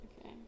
Okay